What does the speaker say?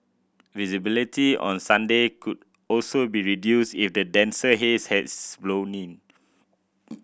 visibility on Sunday could also be reduced if the denser haze has blown in